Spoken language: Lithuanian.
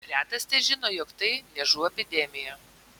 retas težino jog tai niežų epidemija